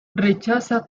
rechaza